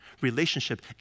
Relationship